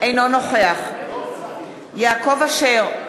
אינו נוכח יעקב אשר,